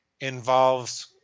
involves